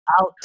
out